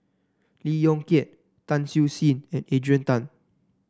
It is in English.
Lee Yong Kiat Tan Siew Sin and Adrian Tan